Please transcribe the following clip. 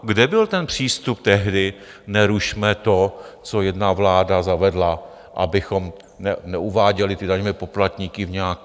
Kde byl ten přístup tehdy: nerušme to, co jedna vláda zavedla, abychom neuváděli ty daňové poplatníky v nějakou...